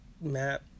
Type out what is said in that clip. map